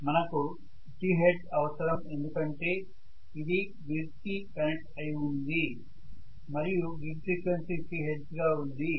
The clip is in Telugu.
మనకు 50 హెర్ట్జ్ అవసరం ఎందుకంటే ఇది గ్రిడ్ కి కనెక్ట్ అయి ఉంది మరియు గ్రిడ్ ఫ్రీక్వెన్సీ 50 హెర్ట్జ్ గా ఉంది